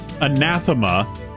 anathema